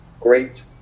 great